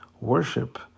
worship